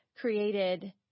created